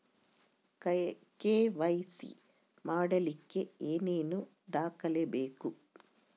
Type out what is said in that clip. KYC ಮಾಡಲಿಕ್ಕೆ ಏನೇನು ದಾಖಲೆಬೇಕು?